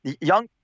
young